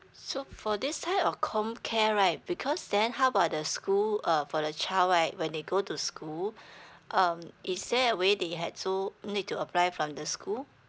so for this type of comcare right because then how about the school uh for the child right when they go to school um is there a way they had to need to apply from the school